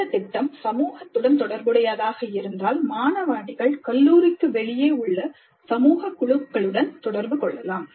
இந்த திட்டம் சமூகத்துடன் தொடர்புடையதாக இருந்தால் மாணவஅணிகள் கல்லூரிக்கு வெளியே உள்ள சமூக குழுக்களுடன் தொடர்பு கொள்ளலாம்